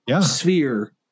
sphere